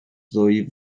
ddwy